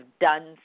done